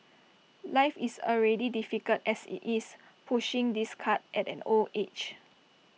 life is already difficult as IT is pushing this cart at an old age